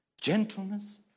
gentleness